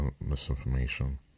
misinformation